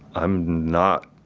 i'm not